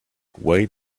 wait